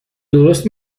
درست